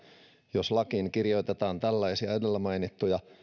jos lakiin kirjoitetaan tällaisia edellä mainittuja